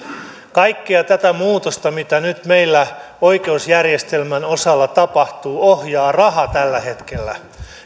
kaikkea tätä muutosta mitä nyt meillä oikeusjärjestelmän osalla tapahtuu ohjaa raha tällä hetkellä